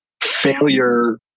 failure